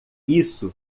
isso